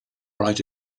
right